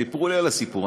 סיפרו לי את הסיפור.